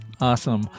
Awesome